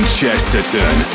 Chesterton